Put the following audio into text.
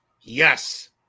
Yes